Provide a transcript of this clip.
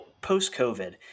post-COVID